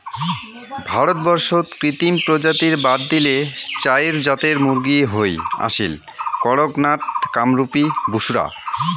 ভারতবর্ষত কৃত্রিম প্রজাতি বাদ দিলে চাইর জাতের মুরগী হই আসীল, কড়ক নাথ, কামরূপী, বুসরা